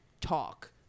talk